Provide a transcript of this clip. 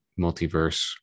multiverse